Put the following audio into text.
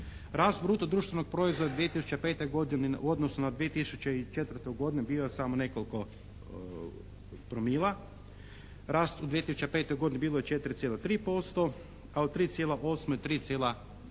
Rast bruto društvenog proizvoda 2005. godine u odnosu na 2004. godinu bio je samo nekoliko promila, rast u 2005. godini bio je 4,3%, …/Govornik se